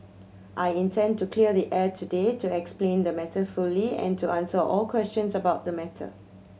I intend to clear the air today to explain the matter fully and to answer all questions about the matter